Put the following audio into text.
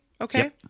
okay